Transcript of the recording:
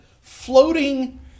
floating